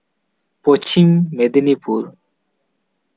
Paschim Medinipur